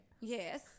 Yes